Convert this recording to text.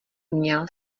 měl